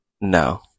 No